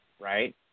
right